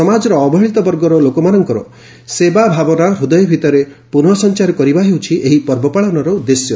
ସମାଜର ଅବହେଳିତ ବର୍ଗର ଲୋକମାନଙ୍କର ସେବା ଭାବନା ହୃଦୟ ଭିତରେ ପୁନଃ ସଞ୍ଚାର କରିବା ହେଉଛି ଏହି ପର୍ବ ପାଳନର ଉଦ୍ଦେଶ୍ୟ